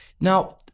Now